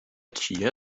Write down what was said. chia